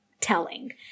telling